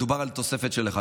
מדובר על תוספת של אחד.